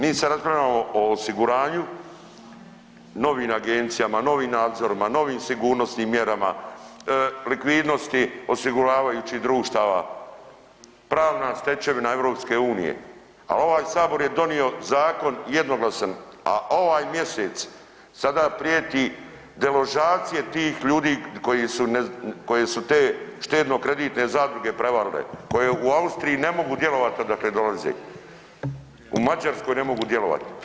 Mi sad raspravljamo o osiguranju novim agencijama, novim nadzorima, novim sigurnosnim mjerama, likvidnosti osiguravajućih društava, pravna stečevina EU, ali ovaj sabor je donio zakona jednoglasan, a ovaj mjesec sada prijeti deložacije tih ljudi koje su te štedno kreditne zadruge prevarile, koje u Austriji ne mogu djelovati odakle dolaze, u Mađarskoj ne mogu djelovati.